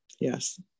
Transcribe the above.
yes